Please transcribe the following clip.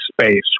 space